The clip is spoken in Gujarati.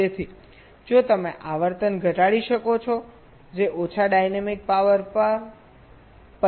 તેથી જો તમે આવર્તન ઘટાડી શકો છો જે ઓછા ડાયનેમિક પાવર પણ પરિણમશે